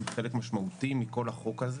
הם חלק משמעותי מכל החוק הזה,